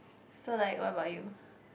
so like what about you